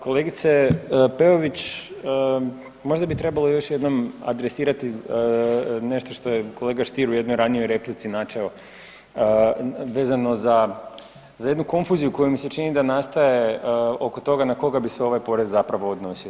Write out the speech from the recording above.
Kolegice Peović, možda bi trebalo još jednom adresirati nešto što je kolega Stier u jednoj ranijoj replici načeo vezano za, za jednu konfuziju koja mi se čini da nastaje oko toga na koga bi se ovaj porez zapravo odnosio.